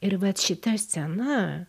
ir vat šita scena